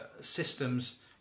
systems